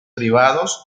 privados